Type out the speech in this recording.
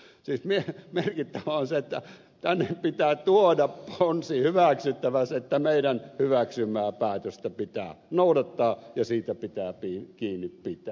siis merkittävää on se että tänne pitää tuoda ponsi hyväksyttäväksi että meidän hyväksymäämme päätöstä pitää noudattaa ja siitä pitää kiinni pitää